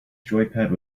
joypad